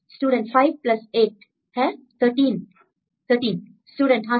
student 5 8 है 13 13 student हां sir